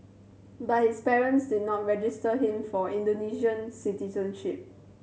but his parents did not register him for Indonesian citizenship